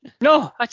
no